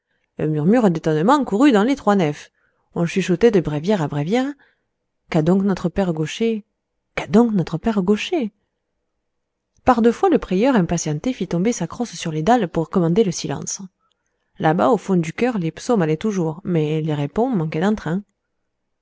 un murmure d'étonnement courut dans les trois nefs on chuchotait de bréviaire à bréviaire qu'a donc notre père gaucher qu'a donc notre père gaucher par deux fois le prieur impatienté fit tomber sa crosse sur les dalles pour commander le silence là-bas au fond du chœur les psaumes allaient toujours mais les répons